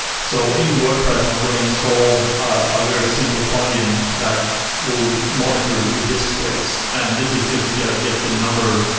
so in wordpress i'm going to install a very simple plugin that will monitor your disk space and this is just to get to get a number